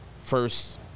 first